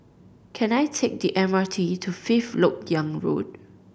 can I take the M R T to Fifth Lok Yang Road